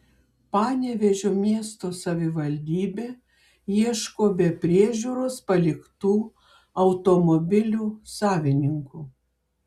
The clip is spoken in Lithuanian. panevėžio miesto savivaldybė ieško be priežiūros paliktų automobilių savininkų